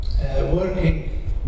working